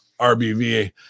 RBV